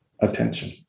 attention